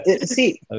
see